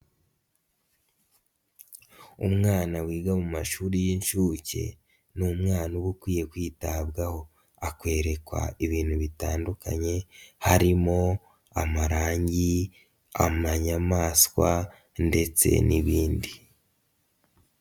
Umwana wiga mu mashuri y'inshuke ni umwana uba ukwiye kwitabwaho akwerekwa ibintu bitandukanye harimo amarangi, amanyamaswa ndetse n'ibindi.